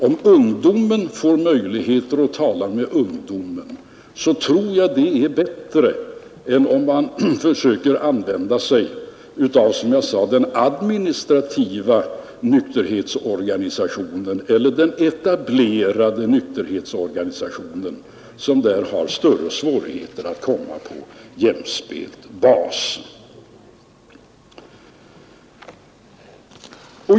Om ungdomen får möjlighet att tala med ungdomen, tror jag att det är bättre än om man försöker använda sig av, som jag sade, den administrativa nykterhetsorganisationen eller den etablerade nykterhetsorganisationen, som där har större svårigheter att komma på jämspelt fot med ungdomen.